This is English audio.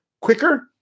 quicker